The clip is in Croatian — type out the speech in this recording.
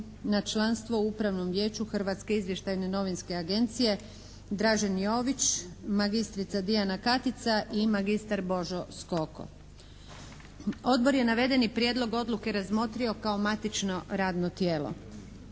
na članstvo u Upravnom vijeću Hrvatske izvještajne novinske agencije Dražen Jović, magistrica Dijana Katica i magistar Božo Skoko. Odbor je navedeni prijedlog odluke razmotrio kao matično radno tijelo.